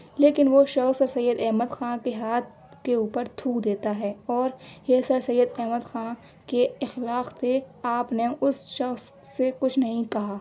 لیکن وہ شخص سر سید احمد خاں کے ہاتھ کے اوپر تھوک دیتا ہے اور یہ سر سید احمد خاں کے اخلاق کہ آپ نے اس شخص سے کچھ نہیں کہا